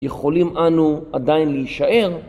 יכולים אנו עדיין להישאר